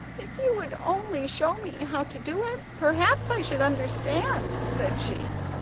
if you would only show me how to do it, perhaps i should understand said she.